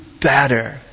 better